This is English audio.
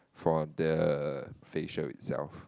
for the facial itself